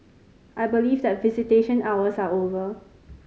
I believe that visitation hours are over